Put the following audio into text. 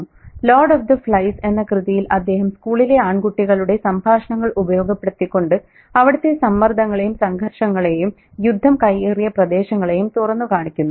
'Lord of the Flies' എന്ന കൃതിയിൽ അദ്ദേഹം സ്കൂളിലെ ആൺകുട്ടികളുടെ സംഭാഷണങ്ങൾ ഉപയോഗപ്പെടുത്തികൊണ്ട് അവിടത്തെ സമ്മർദങ്ങളെയും സംഘർഷങ്ങളെയും യുദ്ധം കൈയേറിയ പ്രദേശങ്ങളെയും തുറന്നു കാണിക്കുന്നു